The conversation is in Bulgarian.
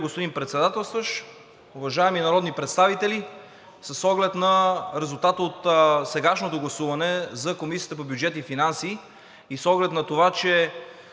господин Председателстващ. Уважаеми народни представители! С оглед на резултата от сегашното гласуване за Комисията по бюджет и финанси и с оглед на това, че